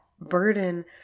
burden